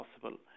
possible